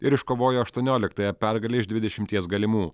ir iškovojo aštuonioliktąją pergalę iš dvidešimties galimų